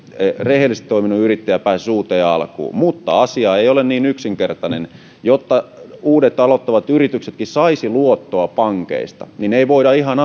rehellisesti toiminut yrittäjä pääsisi uuteen alkuun mutta asia ei ole niin yksinkertainen jotta uudet aloittavat yrityksetkin saisivat luottoa pankeista niin ei voida ihan